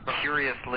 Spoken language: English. curiously